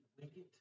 wicked